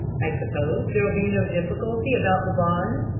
i suppose there'll be no difficulty about the bond?